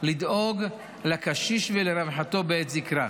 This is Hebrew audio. לדאוג לקשיש ולרווחתו בעת זקנה.